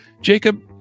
Jacob